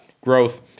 growth